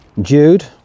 Jude